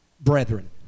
brethren